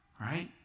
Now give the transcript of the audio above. right